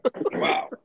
Wow